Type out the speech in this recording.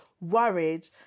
worried